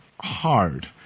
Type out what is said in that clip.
hard